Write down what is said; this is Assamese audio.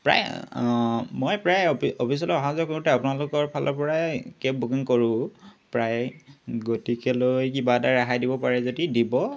প্ৰায় অঁ মই প্ৰায় অফিচলৈ অহা যোৱা কৰোঁতে আপোনালোকৰ ফালৰপৰাই কেব বুকিং কৰোঁ প্ৰায় গতিকেলৈ কিবা এটা ৰেহাই দিব পাৰে যদি দিব